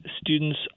students